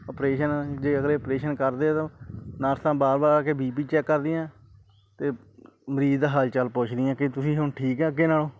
operation ਜੇ ਅਗਲੇ operation ਕਰਦੇ ਤਾਂ ਨਰਸਾਂ ਬਾਰ ਬਾਰ ਆ ਕੇ ਬੀਪੀ ਚੈੱਕ ਕਰਦੀਆਂ ਅਤੇ ਮਰੀਜ਼ ਦਾ ਹਾਲ ਚਾਲ ਪੁੱਛਦੀਆਂ ਕਿ ਤੁਸੀਂ ਹੁਣ ਠੀਕ ਹੈ ਅੱਗੇ ਨਾਲੋਂ